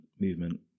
movement